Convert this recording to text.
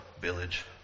village